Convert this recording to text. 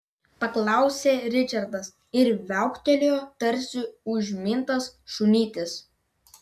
paklausė ričardas ir viauktelėjo tarsi užmintas šunytis